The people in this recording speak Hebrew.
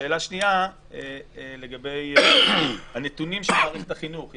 שאלה שנייה לגבי הנתונים של מערכת החינוך.